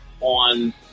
on